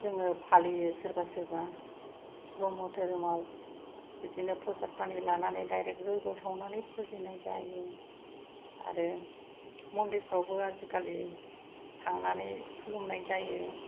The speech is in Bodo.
जोङो फालियो सोरबा सोरबा ब्रह्म धोरोमाव बिदिनो प्रसाद पानि लानानै दाइरेक्ट जयग्य' सावनानै फुजिनाय जायो आरो मन्दिरफोरावबो आजिखालि थांनानै खुलुमनाय जायो